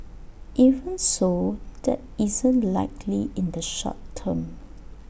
even so that isn't likely in the short term